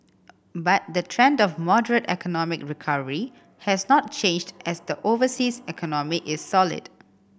but the trend of moderate economic recovery has not changed as the overseas economy is solid